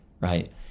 right